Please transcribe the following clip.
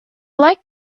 like